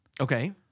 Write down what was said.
Okay